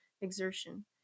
exertion